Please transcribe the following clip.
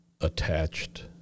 attached